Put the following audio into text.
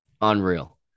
unreal